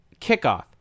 Kickoff